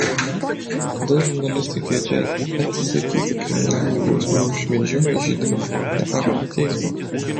kodėl žurnalistai kviečia atsisakyti kriminalinių bausmių už šmeižimą įžeidimą nepagarbą teismui